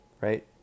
right